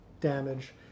damage